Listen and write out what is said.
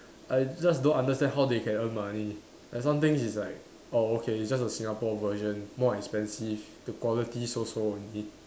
I just don't understand how they can earn money like some things is like oh okay it's just a Singapore version more expensive the quality so so only